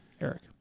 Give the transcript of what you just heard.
Eric